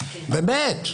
באמת.